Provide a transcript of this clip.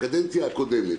בקדנציה הקודמת